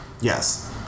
yes